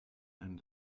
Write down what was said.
and